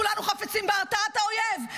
כולנו חפצים בהרתעת האויב,